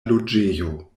loĝejo